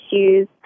issues